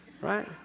right